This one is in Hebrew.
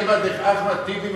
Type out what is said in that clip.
אליבא דאחמד טיבי,